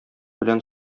белән